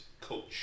coach